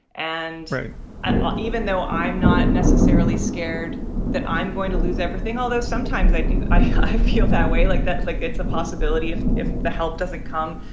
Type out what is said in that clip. and even though i'm not necessarily scared that i'm going to lose everything, although sometimes i do, i feel that way. like that's like it's a possibility if if the help doesn't come,